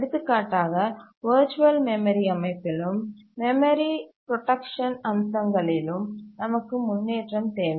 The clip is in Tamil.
எடுத்துக்காட்டாக வர்ச்சுவல் மெமரி அமைப்பிலும் மெமரி புரோடக்ச அம்சங்களிலும் நமக்கு முன்னேற்றம் தேவை